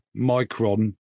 micron